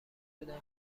بودم